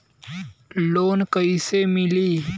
Loan कईसे मिली?